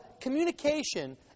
communication